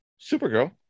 supergirl